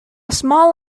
small